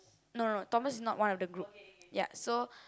no no no Thomas is not one of the group ya so